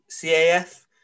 CAF